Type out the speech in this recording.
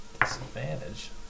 Disadvantage